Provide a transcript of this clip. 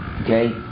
Okay